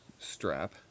Strap